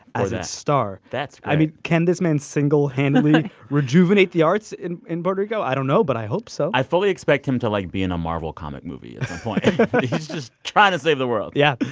as its star that's great i mean, can this man single-handedly rejuvenate the arts in in puerto rico? i don't know. but i hope so i fully expect him to like be in a marvel comic movie he's just trying to save the world yeah.